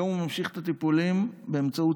היום הוא ממשיך את הטיפולים באמצעות